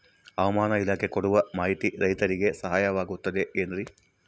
ಹವಮಾನ ಇಲಾಖೆ ಕೊಡುವ ಮಾಹಿತಿ ರೈತರಿಗೆ ಸಹಾಯವಾಗುತ್ತದೆ ಏನ್ರಿ?